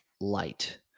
light